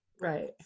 Right